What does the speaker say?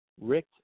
Rick